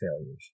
failures